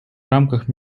рамках